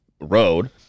road